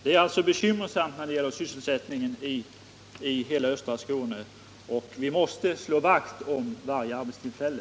Det är som sagt bekymmersamt när det gäller sysselsättningen för hela östra Skåne, och vi måste slå vakt om varje arbetstillfälle.